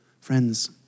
Friends